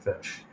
fish